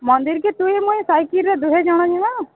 ମନ୍ଦିର୍କି ତୁଇ ମୁଇ ସାଇକିରେ ଦୁହେଁ ଜଣ ଯିବା